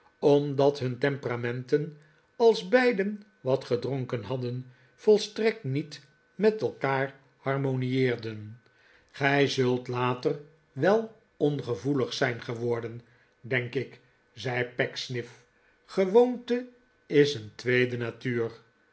omdat hun temperamenten als bejden wat gedronken hadden volstrekt niet met elkaar harmonieerden gij zult later wel ongevoelig zijn geworden denk ik zei pecksniff gewoonte is een tweede natuur